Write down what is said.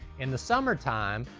in the summer time,